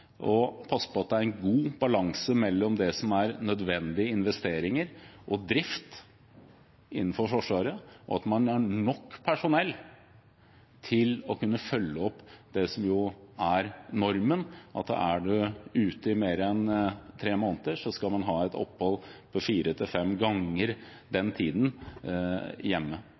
å passe på at det er en god balanse mellom det som er nødvendige investeringer og drift innenfor Forsvaret, og at man har nok personell til å kunne følge opp det som er normen, nemlig at er man ute i mer enn tre måneder, skal man ha et opphold på fire til fem ganger den tiden hjemme.